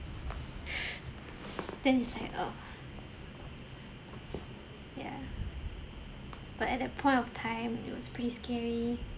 then he's like uh yeah but at that point of time I mean it was pretty scary